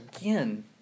Again